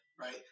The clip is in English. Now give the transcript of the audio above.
right